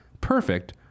perfect